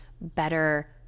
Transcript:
better